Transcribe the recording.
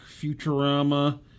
Futurama